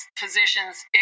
physicians